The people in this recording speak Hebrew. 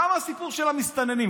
גם הסיפור של המסתננים.